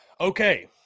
Okay